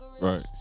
Right